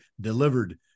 delivered